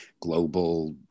global